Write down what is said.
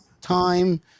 time